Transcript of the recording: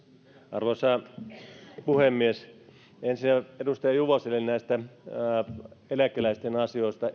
arvoisa puhemies ensinnä edustaja juvoselle eläkeläisten asioista